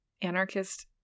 anarchist